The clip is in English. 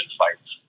fights